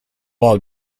all